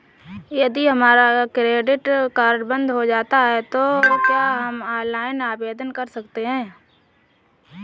यदि हमारा credit card बंद हो जाता है तो क्या हम ऑनलाइन आवेदन कर सकते हैं?